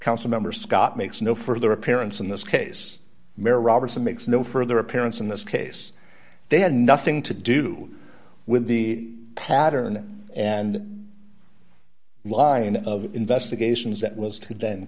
council member scott makes no further appearance in this case where robertson makes no further appearance in this case they had nothing to do with the pattern and line of investigations that was t